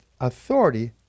authority